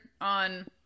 on